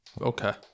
Okay